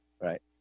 right